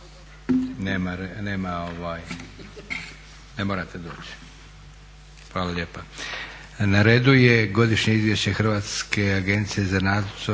sutra. Ne morate doći. Hvala lijepa.